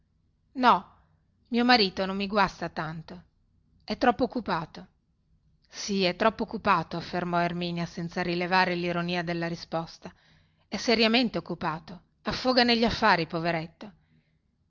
no mio marito non mi guasta tanto è troppo occupato sì è troppo occupato affermò erminia senza rilevare lironia della risposta è seriamente occupato affoga negli affari poveretto